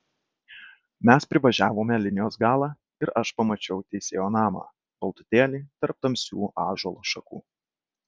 mes privažiavome linijos galą ir aš pamačiau teisėjo namą baltutėlį tarp tamsių ąžuolų šakų